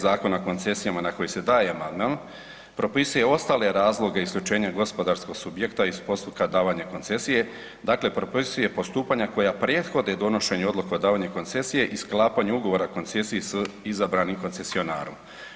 Zakona o koncesijama na koji se daje amandman, propisuje ostale razloge isključenja gospodarskog subjekta iz postupka davanja koncesije, dakle propisuje postupanja koja prethode donošenju odluke o davanju koncesije i sklapanju ugovora koncesije s izabranim koncesionarom.